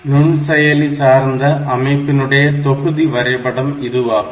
நுண்செயலி சார்ந்த அமைப்பினுடைய தொகுதி வரைபடம் இதுவாகும்